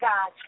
God